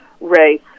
race